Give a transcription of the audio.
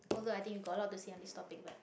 although i think you got a lot to say on this topic but